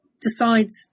decides